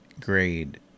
grade